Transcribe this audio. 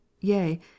yea